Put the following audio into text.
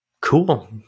cool